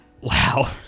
Wow